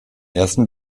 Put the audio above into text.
ersten